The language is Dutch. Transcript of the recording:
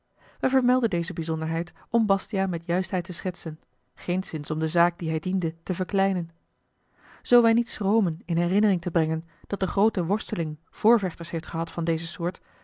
wij vermelden deze bijzonderheid om bastiaan met juistheid te schetsen geenszins om de zaak die hij diende te verkleinen zoo wij niet schromen in herinnering te brengen dat de groote worsteling voorvechters heeft gehad van deze soort